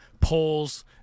polls